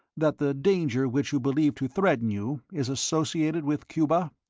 that the danger which you believe to threaten you is associated with cuba?